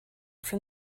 from